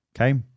Okay